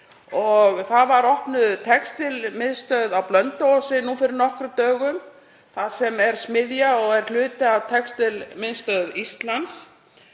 Opnuð var textílmiðstöð á Blönduósi nú fyrir nokkrum dögum þar sem er smiðja og er hluti af Textílmiðstöð Íslands.